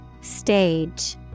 Stage